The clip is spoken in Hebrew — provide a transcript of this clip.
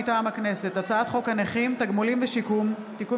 מטעם הכנסת: הצעת חוק הנכים (תגמולים ושיקום) (תיקון